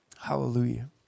Hallelujah